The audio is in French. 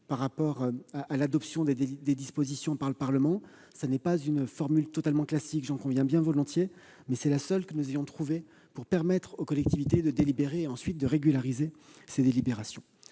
par rapport à l'adoption des dispositions par le Parlement. Ce n'est pas une formule totalement classique, j'en conviens bien volontiers, mais c'est la seule que nous ayons trouvée pour permettre aux collectivités de procéder aux délibérations,